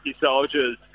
soldiers